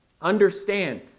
understand